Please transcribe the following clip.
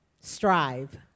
Strive